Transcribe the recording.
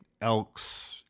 Elks